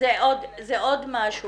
זה עוד משהו.